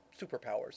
superpowers